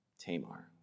Tamar